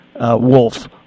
Wolf